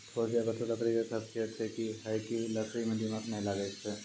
ठोस या कठोर लकड़ी के खासियत छै कि है लकड़ी मॅ दीमक नाय लागैय छै